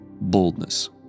Boldness